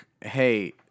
Hey